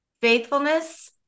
faithfulness